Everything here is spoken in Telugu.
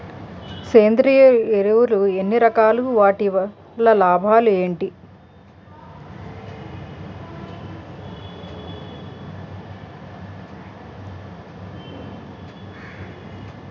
సేంద్రీయ ఎరువులు ఎన్ని రకాలు? వాటి వల్ల లాభాలు ఏంటి?